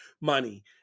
money –